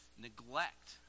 neglect